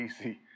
easy